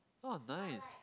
!wah! nice